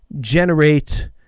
generate